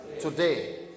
today